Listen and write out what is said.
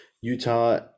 Utah –